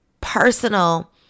personal